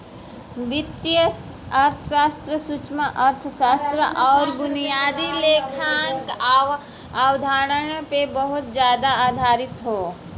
वित्तीय अर्थशास्त्र सूक्ष्मअर्थशास्त्र आउर बुनियादी लेखांकन अवधारणा पे बहुत जादा आधारित हौ